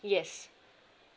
yes